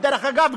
דרך אגב,